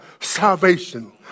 salvation